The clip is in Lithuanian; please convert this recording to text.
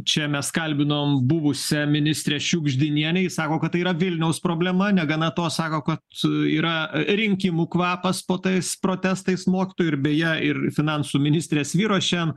čia mes kalbinom buvusią ministrę šiugždinienę ji sako kad tai yra vilniaus problema negana to sako kad yra rinkimų kvapas po tais protestais mokytojų ir beje ir finansų ministrės vyro šian